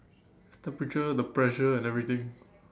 it's temperature the pressure and everything